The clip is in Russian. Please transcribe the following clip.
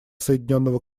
соединенного